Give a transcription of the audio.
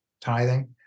tithing